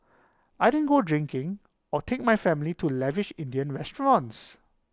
I didn't go drinking or take my family to lavish Indian restaurants